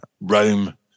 Rome